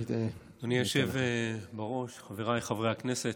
אדוני היושב בראש, חבריי חברי הכנסת,